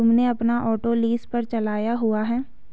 तुमने अपना auto lease पर चढ़ाया हुआ है?